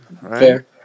Fair